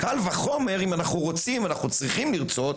קל וחומר אם אנחנו רוצים אנחנו צריכים לרצות